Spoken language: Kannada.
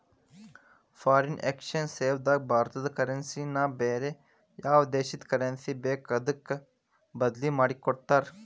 ಫಾರಿನ್ ಎಕ್ಸ್ಚೆಂಜ್ ಸೇವಾದಾಗ ಭಾರತದ ಕರೆನ್ಸಿ ನ ಬ್ಯಾರೆ ಯಾವ್ ದೇಶದ್ ಕರೆನ್ಸಿ ಬೇಕೊ ಅದಕ್ಕ ಬದ್ಲಿಮಾದಿಕೊಡ್ತಾರ್